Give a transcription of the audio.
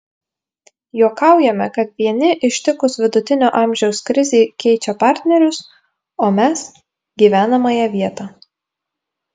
juokaujame kad vieni ištikus vidutinio amžiaus krizei keičia partnerius o mes gyvenamąją vietą